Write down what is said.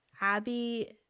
Abby